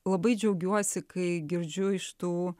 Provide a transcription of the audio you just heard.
labai džiaugiuosi kai girdžiu iš tų